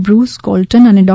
Bruce Colton અને ડો